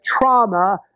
trauma